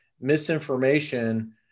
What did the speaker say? misinformation